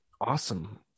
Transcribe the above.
awesome